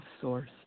source